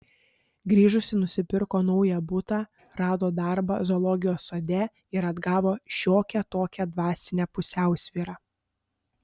grįžusi nusipirko naują butą rado darbą zoologijos sode ir atgavo šiokią tokią dvasinę pusiausvyrą